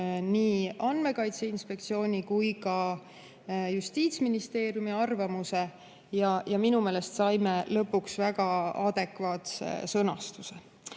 nii Andmekaitse Inspektsiooni kui ka Justiitsministeeriumi arvamuse ja minu meelest saime lõpuks väga adekvaatse sõnastuse.